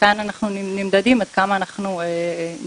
וכאן אנחנו נמדדים עד כמה אנחנו נגישים